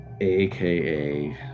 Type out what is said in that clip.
aka